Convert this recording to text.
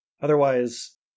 Otherwise